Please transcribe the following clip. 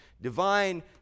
Divine